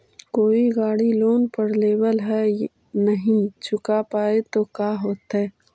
कोई गाड़ी लोन पर लेबल है नही चुका पाए तो का होतई?